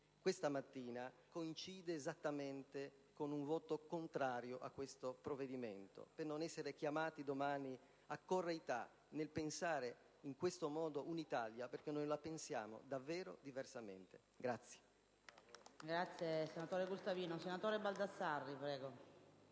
questa mattina coincide esattamente con un voto contrario a questo provvedimento, per non essere chiamato domani a correità nel pensare ad un'Italia in questo modo, perché noi la pensiamo davvero diversamente.